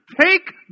take